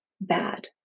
bad